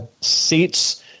seats